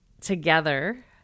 together